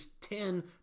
ten